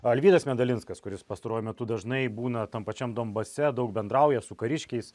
alvydas medalinskas kuris pastaruoju metu dažnai būna tam pačiam donbase daug bendrauja su kariškiais